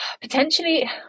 potentially